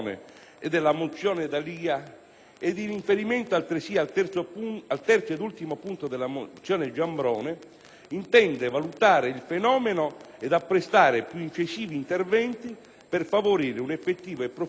ed in riferimento, altresì, al terzo ed ultimo punto della mozione Giambrone, intende valutare il fenomeno ed apprestare più incisivi interventi per favorire un effettivo e proficuo inserimento degli alunni stranieri.